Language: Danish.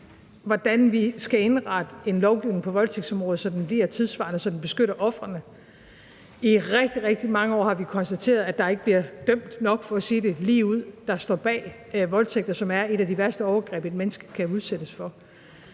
hvordan vi skal indrette en lovgivning på voldtægtsområdet, så den bliver tidssvarende, så den beskytter ofrene. I rigtig, rigtig mange år har vi konstateret, at der ikke bliver dømt nok – for at sige det ligeud – der står bag voldtægter, som er et af de værste overgreb, et menneske kan udsættes for.